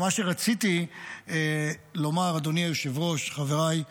מה שרציתי לומר, אדוני היושב-ראש, חבריי,